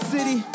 City